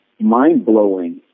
mind-blowing